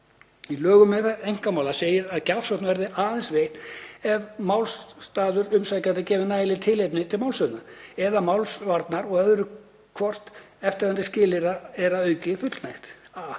Í lögum um meðferð einkamála segir að gjafsókn verði aðeins veitt ef málstaður umsækjanda gefi nægilegt tilefni til málshöfðunar eða málsvarnar og öðru hvoru eftirfarandi skilyrða er að auki fullnægt: a.